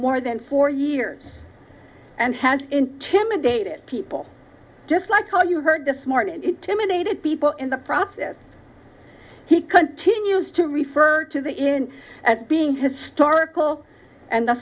more than four years and has intimidated people just like all you heard this morning and intimidated people in the process he continues to refer to that in as being historical and the